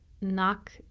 Knock